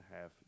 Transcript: half